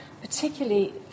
particularly